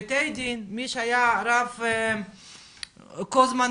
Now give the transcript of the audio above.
בתי הדין, מי שהיה בזום רב קוזמן,